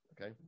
okay